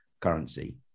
currency